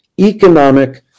economic